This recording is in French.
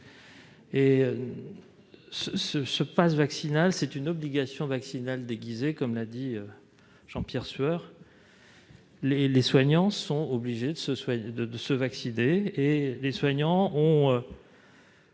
Ce passe vaccinal est une obligation vaccinale déguisée, comme l'a dit Jean-Pierre Sueur. Les soignants sont obligés de se vacciner et, en cas